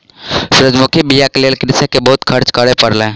सूरजमुखी बीयाक लेल कृषक के बहुत खर्च करअ पड़ल